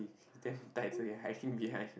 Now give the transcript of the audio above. damn tight so we hide him behind